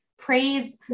Praise